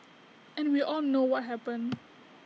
and we all know what happened